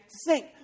sink